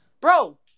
Bro